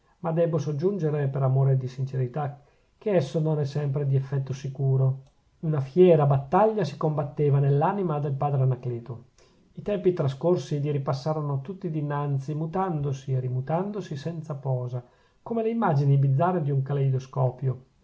ma debbo soggiungere per amore di sincerità che esso non è sempre di effetto sicuro una fiera battaglia si combatteva nell'anima del padre anacleto i tempi trascorsi gli ripassarono tutti dinanzi mutandosi e rimutandosi senza posa come le immagini bizzarre di un caleidoscopio